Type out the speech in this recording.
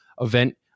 event